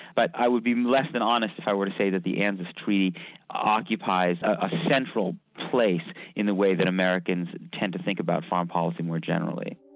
but i would be less than honest if i were to say that the anzus treaty occupies a central place in the way that americans tend to think about foreign policy more generally.